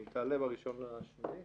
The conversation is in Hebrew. היא תעלה ב-1 באוגוסט.